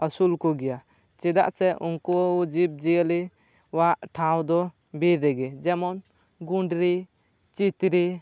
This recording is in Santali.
ᱟᱥᱩᱞ ᱠᱚ ᱜᱮᱭᱟ ᱪᱮᱫᱟᱜ ᱥᱮ ᱩᱱᱠᱩ ᱡᱤᱵᱽ ᱡᱤᱭᱟᱹᱞᱤᱭᱟᱜ ᱴᱷᱟᱶ ᱫᱚ ᱵᱤᱨ ᱨᱮᱜᱮ ᱡᱮᱢᱚᱱ ᱜᱩᱱᱰᱨᱤ ᱪᱤᱛᱨᱤ